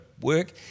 work